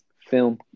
film